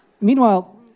Meanwhile